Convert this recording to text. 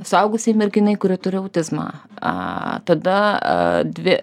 suaugusiai merginai kuri turi autizmą a tada dvi